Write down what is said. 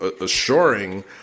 assuring